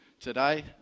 today